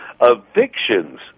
Evictions